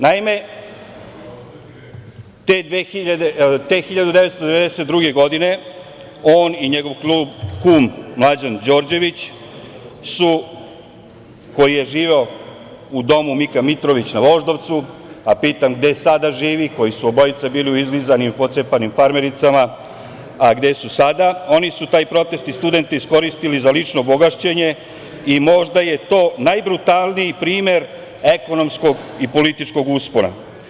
Naime, te 1992. godine, on i njegov kum Mlađan Đorđević, koji je živeo u domu „Mika Mitrović“ na Voždovcu, a pitam gde sada živi, koji su obojica bili u izlizanim, pocepanim farmericama, a gde su sada, oni su taj protest i studente iskoristili za lično bogaćenje i možda je to najbrutalniji primer ekonomskog i političkog uspona.